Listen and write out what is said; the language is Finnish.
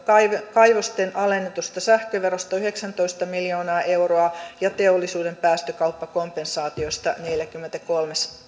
kaivosten alennetusta sähköverosta yhdeksäntoista miljoonaa euroa ja teollisuuden päästökauppakompensaatiosta neljäkymmentäkolme